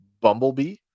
Bumblebee